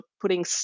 putting